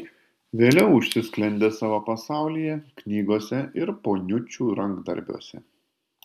vėliau užsisklendė savo pasaulyje knygose ir poniučių rankdarbiuose